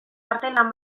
artelan